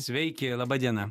sveiki laba diena